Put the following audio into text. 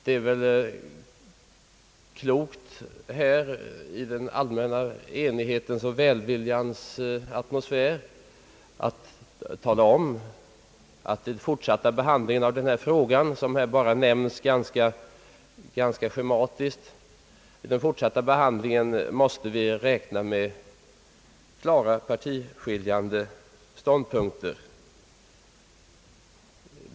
Det är väl klokt att här i den allmänna enighetens och =<välviljans atmosfär tala om att vi vid den fortsatta behandlingen av denna fråga — som här bara nämnts ganska schematiskt — måste räkna med att lösa problemet med partiskiljande ståndpunkter.